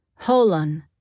Holon